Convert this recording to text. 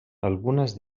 algunes